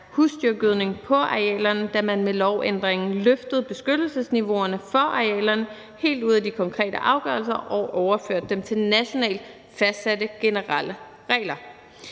husdyrgødning på arealerne, da man med lovændringen løftede beskyttelsesniveauerne for arealerne helt ud af de konkrete afgørelser og overførte dem til nationalt fastsatte generelle regler.